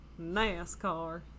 NASCAR